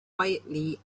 quietly